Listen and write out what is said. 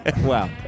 Wow